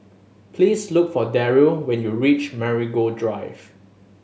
please look for Deryl when you reach Marigold Drive